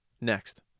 next